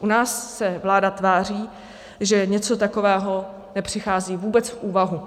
U nás se vláda tváří, že něco takového nepřichází vůbec v úvahu.